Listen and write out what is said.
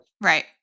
Right